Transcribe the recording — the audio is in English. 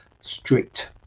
strict